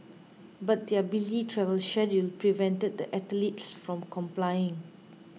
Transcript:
but their busy travel schedule prevented the athletes from complying